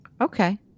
Okay